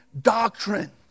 doctrine